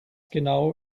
genau